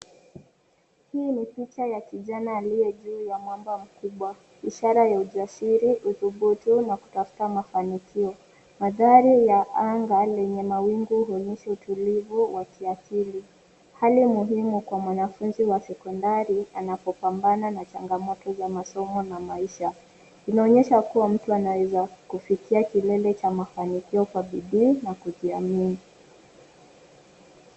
Hii ni picha ya kijana aliyejuu ya mwamba mkubwa ishara ya ujasiri udhubutu na kutafuta mafanikio. Mandhari ya anga lenye mawingu inaonyesha utulivu wa kiasili. Hali muhimu kwa mwanafunzi wa sekondari anapopambana na changamoto za masomo na maisha. Inaonekana kuwa anaweza kufikia kilele cha mafanikio kwa bidii na kujiamini.